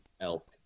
elk